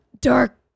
dark